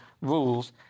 rules